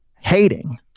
hating